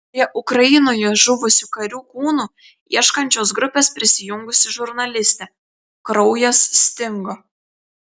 prie ukrainoje žuvusių karių kūnų ieškančios grupės prisijungusi žurnalistė kraujas stingo